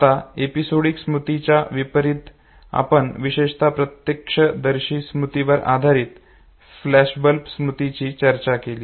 आता एपिसोडिक स्मृतीच्या विपरीत आपण विशेषतः प्रत्यक्षदर्शी स्मृतीवर आधारित फ्लॅशबल्ब स्मृतीची चर्चा केली